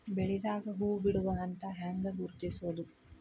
ಬೆಳಿದಾಗ ಹೂ ಬಿಡುವ ಹಂತ ಹ್ಯಾಂಗ್ ಗುರುತಿಸೋದು?